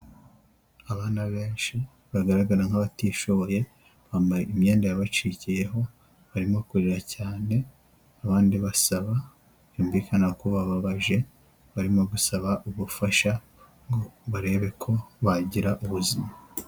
Abana benshi bagaragara nk'abatishoboye bambaye imyenda yabacikiyeho, barimo kurira cyane abandi basaba byumvikana ko bababaje, barimo gusaba ubufasha ngo barebe ko bagira ubuzima.